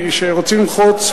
כשרוצים ללחוץ,